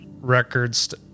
records